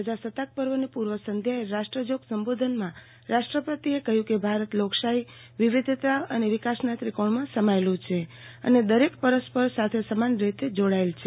પ્રજાસત્તાક પર્વની પૂર્વ સંધ્યાએ રાષ્ટ્રજોગ સંબોધનમાં રાષ્ટ્રપતિએ કહ્યું કે ભારત લોકશાહી વિવિધતા અને વિકાસના ત્રિકોણમાં સમાયેલું છે અને દરેક પરસ્પર સાથે સમાન રીતે જોડાયેલાં છે